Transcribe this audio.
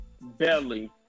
Belly